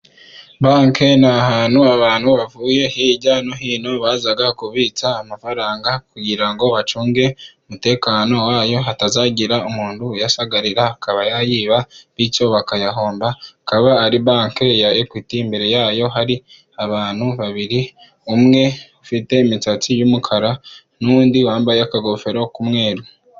Banki ni ahantu abantu bavuye hirya no hino baza kubitsa amafaranga, kugira ngo bacunge umutekano wayo hatazagira umuntu uyasagarira akabayiba, bityo bakayahomba. Ikaba ari banki ya ikwiti, imbere yayo hari abantu babiri umwe ufite imisatsi y'umukara n'undi wambaye akagofero k'umweru.